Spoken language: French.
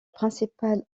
principale